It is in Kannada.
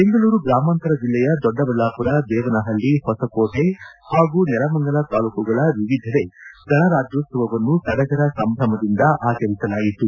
ಬೆಂಗಳೂರು ಗ್ರಾಮಾಂತರ ಜಿಲ್ಲೆಯ ದೊಡ್ಡಬಳ್ಳಾಪುರ ದೇವನಪಳ್ಳಿ ಹೊಸಕೋಟೆ ಪಾಗೂ ನೆಲಮಂಗಲ ತಾಲೂಕುಗಳ ವಿವಿಧೆಡೆ ಗಣರಾಜ್ಯೋತ್ಸವವನ್ನು ಸಡಗರ ಸಂಭ್ರಮದಿಂದ ಆಚರಿಸಲಾಯಿತು